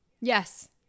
Yes